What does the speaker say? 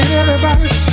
everybody's